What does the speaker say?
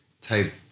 type